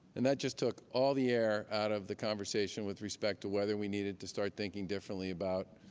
and that just took all the air out of the conversation, with respect to whether we needed to start thinking differently about